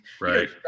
right